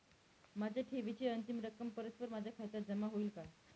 माझ्या ठेवीची अंतिम रक्कम परस्पर माझ्या खात्यात जमा होईल का?